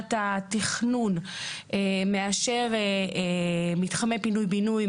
מבחינת התכנון מאשר מתחמי פינוי בינוי,